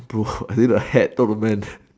bro I need a hat not a man